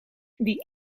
wie